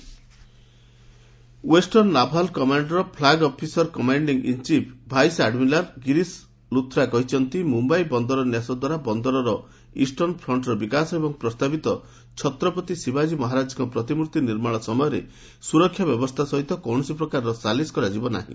ମହା Indian navy western naval commander flag officer commanding in chief vice admiral Girish Luthra କହିଛନ୍ତି ମୁମ୍ବାଇ ବନ୍ଦର ନ୍ୟାସ ଦ୍ୱାରା ବନ୍ଦରର ଇଷ୍ଟର୍ଣ୍ଣ ଫ୍ରଣ୍ଟ୍ର ବିକାଶ ଏବଂ ପ୍ରସ୍ତାବିତ ଛତ୍ରପତି ଶିବାଜୀ ମହାରାଜାଙ୍କ ପ୍ରତିମ୍ଭର୍ତ୍ତି ନିର୍ମାଣ ସମୟରେ ସୁରକ୍ଷା ବ୍ୟବସ୍ଥା ସହିତ କୌଣସି ପ୍ରକାର ସାଲିସ୍ କରାଯିବ ନାହିଁ